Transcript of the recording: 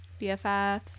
BFFs